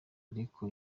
ariko